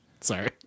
Sorry